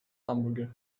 hamburger